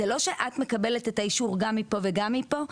זה לא שאת מקבלת את האישור גם מפה וגם מפה,